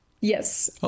Yes